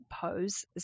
pose